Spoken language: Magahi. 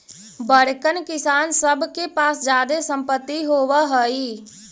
बड़कन किसान सब के पास जादे सम्पत्ति होवऽ हई